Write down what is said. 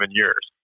years